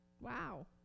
Wow